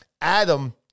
Adam